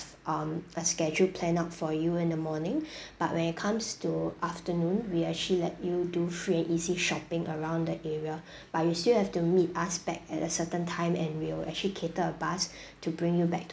um a schedule planned out for you in the morning but when it comes to afternoon we actually let you do free and easy shopping around the area but you still have to meet us back at a certain time and we will actually cater a bus to bring you back to